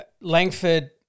Langford